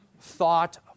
thought